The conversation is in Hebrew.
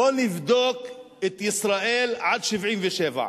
בוא נבדוק את ישראל עד 1977,